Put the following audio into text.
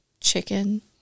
chicken